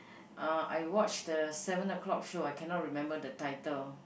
uh I watch the seven o-clock show I cannot remember the title